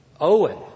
Owen